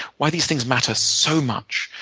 why these things matter so much,